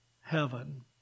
heaven